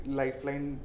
lifeline